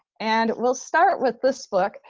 and we'll start with this book.